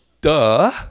Duh